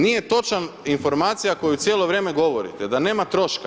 Nije točna informacija koju cijelo vrijeme govorite da nema troška.